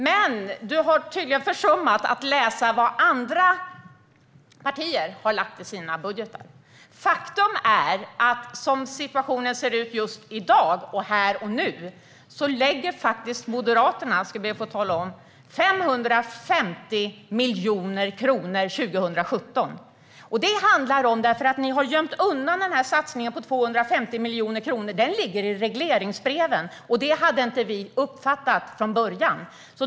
Men du har tydligen försummat att läsa vad andra partier har lagt fram för förslag i sina budgetar. Faktum är att som situationen ser ut i dag, här och nu, föreslår Moderaterna 550 miljoner kronor 2017, ska jag be att få tala om. Ni har gömt undan satsningen på 250 miljoner kronor. Den ligger i regleringsbreven. Det hade inte vi uppfattat från början.